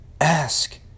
Ask